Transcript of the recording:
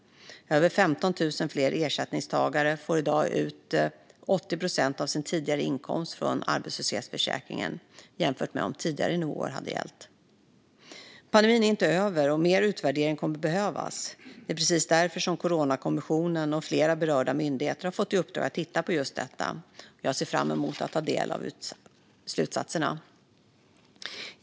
Över 15 000 fler ersättningstagare får i dag ut 80 procent av sin tidigare inkomst från arbetslöshetsförsäkringen jämfört med om tidigare nivåer hade gällt. Pandemin är inte över, och mer utvärdering kommer att behövas. Det är precis därför som Coronakommissionen och flera berörda myndigheter har fått i uppdrag att titta på just detta. Jag ser fram emot att ta del av slutsatserna.